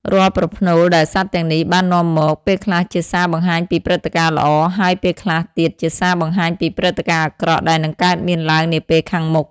រាល់ប្រផ្នូលដែលសត្វទាំងនេះបាននាំមក ពេលខ្លះជាសារបង្ហាញពីព្រឹត្តិការណ៍ល្អ ហើយពេលខ្លះទៀតជាសារបង្ហាញពីព្រឹត្តិការណ៍អាក្រក់ដែលនឹងកើតមានឡើងនាពេលខាងមុខ។